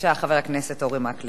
זכות הדיבור שלך.